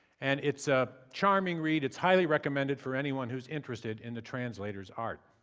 and it's a charming read. it's highly recommended for anyone who's interested in the translator's art.